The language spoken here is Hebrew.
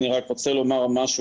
אני רק רוצה לומר משהו,